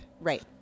Right